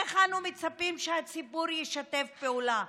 איך אנו מצפים שהציבור ישתף פעולה?